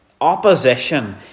opposition